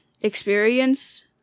experience